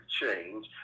change